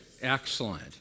Excellent